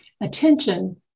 attention